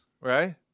right